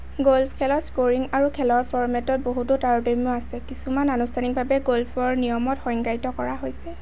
golf খেলত scoring আৰু খেলৰ ফৰ্মেটত বহুতো তাৰতম্য আছে কিছুমান আনুষ্ঠানিকভাৱে গল্ফৰ নিয়মত সংজ্ঞায়িত কৰা হৈছে